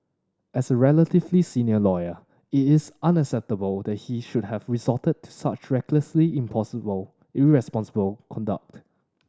as a relatively senior lawyer it is unacceptable that he should have resorted to such recklessly impossible irresponsible conduct